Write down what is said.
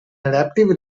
adaptive